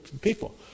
people